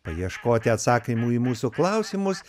paieškoti atsakymų į mūsų klausimus